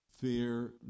Fear